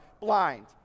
blind